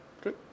Good